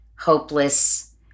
hopeless